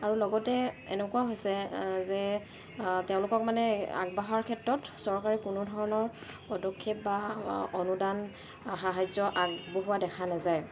আৰু লগতে এনেকুৱা হৈছে যে তেওঁলোকক মানে আগবঢ়াৰ ক্ষেত্ৰত চৰকাৰে কোনো ধৰণৰ পদক্ষেপ বা অনুদান সাহাৰ্য্য় আগবঢ়োৱা দেখা নাযায়